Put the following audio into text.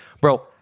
Bro